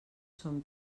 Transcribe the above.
som